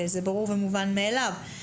זה ברור ומובן מאליו.